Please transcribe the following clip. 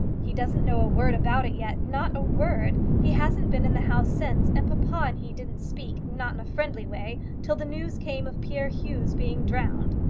he doesn't know a word about it yet not a word. he hasn't been in the house since, and papa and he didn't speak not in a friendly way till the news came of poor hugh's being drowned.